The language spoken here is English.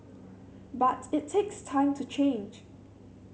but it takes time to change